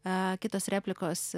a kitos replikos